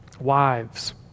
wives